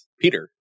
Peter